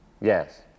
yes